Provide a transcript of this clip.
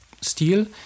steel